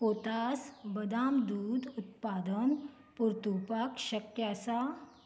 कोथास बदाम दूद उत्पादन परतुवपाक शक्य आसा